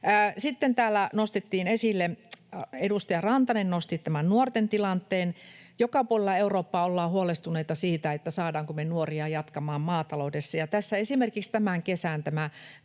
Sitten täällä edustaja Rantanen nosti esille tämän nuorten tilanteen. Joka puolella Eurooppaa ollaan huolestuneita siitä, saadaanko me nuoria jatkamaan maataloudessa. Ja tässä esimerkiksi tämä tämän